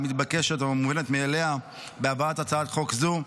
המתבקשת והמובנת מאליה בהבאת הצעת חוק זו,